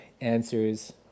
answers